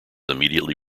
immediately